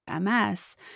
MS